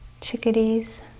chickadees